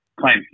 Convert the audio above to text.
Claim